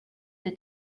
the